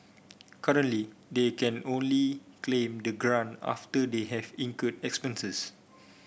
currently they can only claim the grant after they have incurred expenses